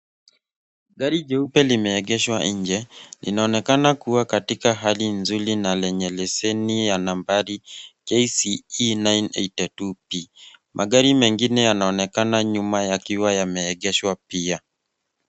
Gari jeupe limeegeshwa nje, na inaonekana kuwa katika hali nzuri na lenye leseni ya nambari KCE 982P. Magari mengine yanaonekana nyuma yakiwa yameegeshwa pia.